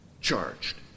charged